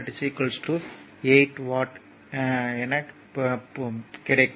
இது புரிந்து கொள்ளத்தக்கது